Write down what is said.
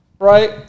right